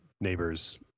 neighbor's